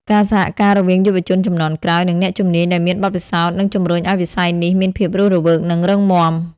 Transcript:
ការសហការរវាងយុវជនជំនាន់ក្រោយ និងអ្នកជំនាញដែលមានបទពិសោធន៍ នឹងជំរុញឱ្យវិស័យនេះមានភាពរស់រវើក និងរឹងមាំ។